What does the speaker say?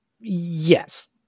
Yes